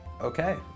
Okay